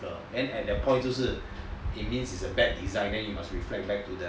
then at that point 就是 like if this is a bad design then will reflect back to the